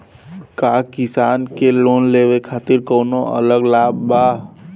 का किसान के लोन लेवे खातिर कौनो अलग लाभ बा?